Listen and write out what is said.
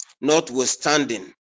notwithstanding